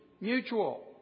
mutual